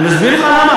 אני מסביר לך למה,